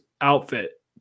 outfit